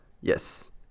yes